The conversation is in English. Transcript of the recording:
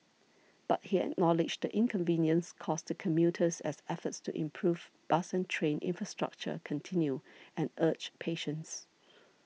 but he acknowledged the inconvenience caused to commuters as efforts to improve bus and train infrastructure continue and urged patience